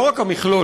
לא רק המכלול,